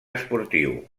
esportiu